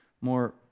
more